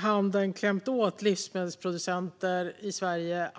handeln på ett allt hårdare sätt klämt åt livsmedelsproducenter i Sverige.